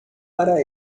para